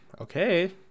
okay